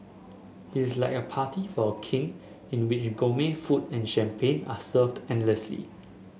it is like a party for a King in which gourmet food and champagne are served endlessly